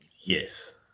Yes